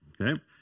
Okay